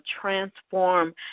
transform